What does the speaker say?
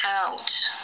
out